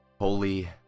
Holy